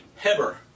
Heber